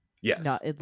Yes